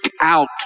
out